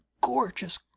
gorgeous